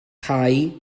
cau